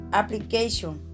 application